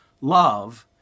love